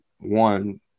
One